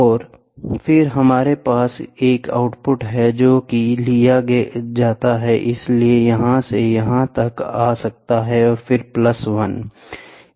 और फिर हमारे पास एक आउटपुट है जो कि लिया जाता है इसलिए यहां से यह यहां तक आ सकता है और फिर प्लस 1